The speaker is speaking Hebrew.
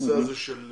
הנושא הזה בוועדה,